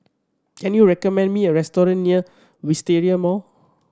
can you recommend me a restaurant near Wisteria Mall